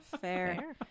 Fair